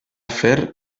fer